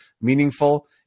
meaningful